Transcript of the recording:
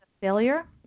failure